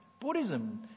Buddhism